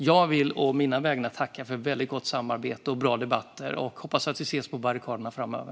Jag vill å mina vägnar tacka för väldigt gott samarbete och bra debatter. Jag hoppas att vi ses på barrikaderna framöver!